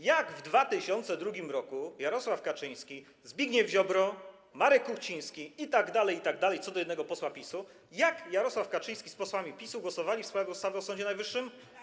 Jak w 2002 r. Jarosław Kaczyński, Zbigniew Ziobro, Marek Kuchciński itd., co do jednego posła PiS-u, jak Jarosław Kaczyński z posłami PiS-u głosowali w sprawie ustawy o Sądzie Najwyższym?